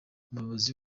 umuyobozi